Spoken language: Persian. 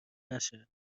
نشه